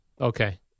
Okay